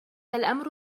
الأمر